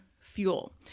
fuel